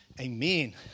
Amen